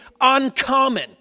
uncommon